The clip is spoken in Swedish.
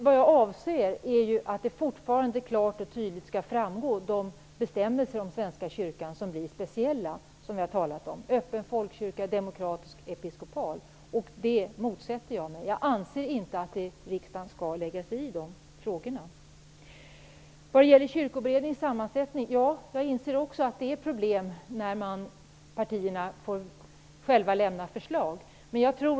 Vad jag avser är att de bestämmelser om Svenska kyrkan som blir speciella - öppen folkkyrka, demokratisk, episkopal - fortfarande klart och tydligt skall framgå. Jag motsätter mig detta. Jag anser att riksdagen inte skall lägga sig i de frågorna. När det gäller Kyrkoberedningens sammansättning inser jag också att det är problem när partierna själva får lämna förslag på personer.